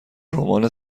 رمان